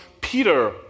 Peter